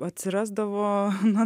atsirasdavo nu